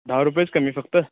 दहा रुपयेच कमी फक्त